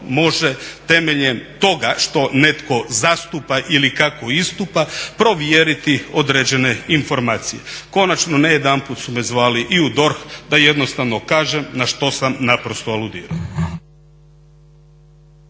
može temeljem toga što netko zastupa ili kako istupa provjeriti određene informacije. Konačno, ne jedanput su me zvali i u DORH da jednostavno kažem na što sam naprosto aludirao.